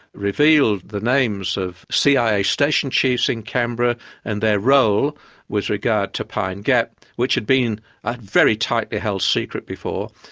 revealed the names of cia station chiefs in canberra and their role with regard to pine gap, which had been a very tightly-held secret before,